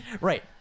Right